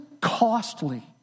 costly